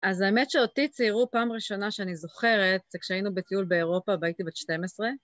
אז האמת שאותי ציירו פעם ראשונה שאני זוכרת זה כשהיינו בטיול באירופה, הייתי בת 12.